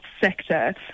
sector